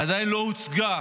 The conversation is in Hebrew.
עדיין לא הוצגה